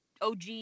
OG